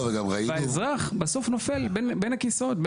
גם ראינו --- והאזרח בסוף נופל בין הכיסאות.